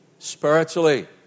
Spiritually